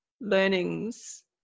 learnings